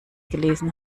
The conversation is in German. gelesen